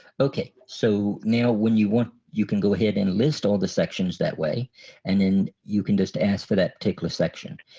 okay so now when you want you can go ahead and list all the sections that way and then you can just ask for that particular section.